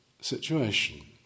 situation